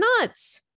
nuts